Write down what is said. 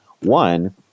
One